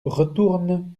retourne